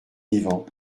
vivant